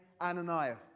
Ananias